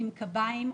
עם קביים,